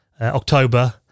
October